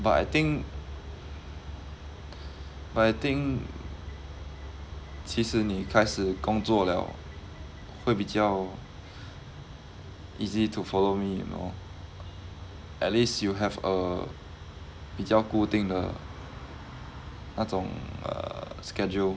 but I think but I think 其实你开始工作了会比较 easy to follow me you know at least you have a 比较固定的那种 err schedule